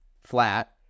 flat